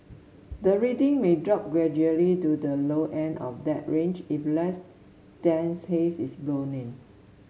the reading may drop gradually to the low end of that range if less dense haze is blown in